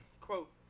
quote